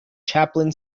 chaplin